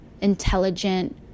intelligent